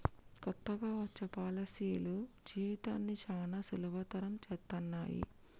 కొత్తగా వచ్చే పాలసీలు జీవితాన్ని చానా సులభతరం చేత్తన్నయి